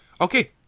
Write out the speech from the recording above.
Okay